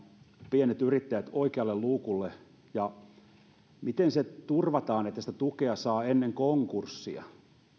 pienet yrittäjät oikealle luukulle miten turvataan että sitä tukea saa ennen konkurssia